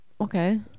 okay